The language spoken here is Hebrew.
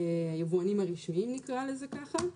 היבואנים הרשמיים, נקרא לזה ככה.